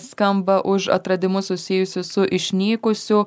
skamba už atradimus susijusius su išnykusių